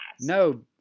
No